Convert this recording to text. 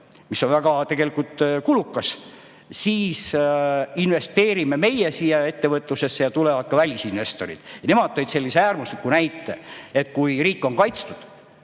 mis on väga kulukas, siis investeerivad nemad ettevõtlusesse ja tulevad ka välisinvestorid. Nemad tõid sellise äärmusliku näite, et kui riik on kaitstud,